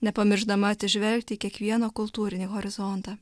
nepamiršdama atsižvelgti į kiekvieno kultūrinį horizontą